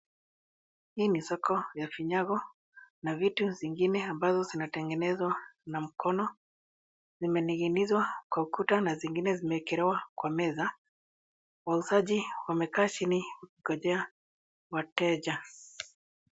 Hii ni soko ya vinyago na vitu zingine ambazo zinatengenezwa na mkono. Zimening'inizwa kwa ukuta na zingine zimewekelewa kwa meza. Wauzaji wamekaa chini kungojea wateja.